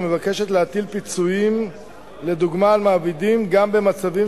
המבקשת להטיל פיצויים לדוגמה על מעבידים גם במצבים